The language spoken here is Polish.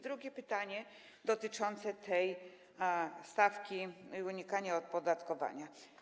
Drugie pytanie, dotyczące stawki i unikania opodatkowania.